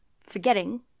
forgetting